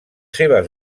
seves